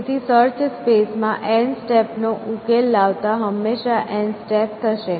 તેથી search space માં n step નો ઉકેલ લાવતા હંમેશા n સ્ટેપ થશે